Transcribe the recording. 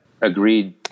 agreed